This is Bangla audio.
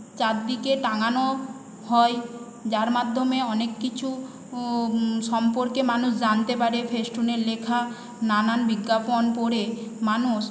চারিদিকে টাঙানো হয় যার মাধ্যমে অনেক কিছু সম্পর্কে মানুষ জানতে পারে ফেসটুনের লেখা নানান বিজ্ঞাপন পড়ে মানুষ